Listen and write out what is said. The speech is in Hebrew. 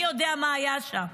מי יודע מה היה שם?